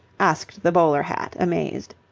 asked the bowler hat, amazed.